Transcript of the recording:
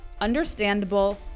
understandable